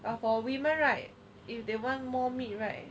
but for women right if they want more meat right